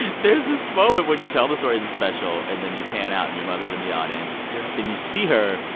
there's this moment when you tell the story in the special, and then you pan out, and your mother's in the audience yep and you see her,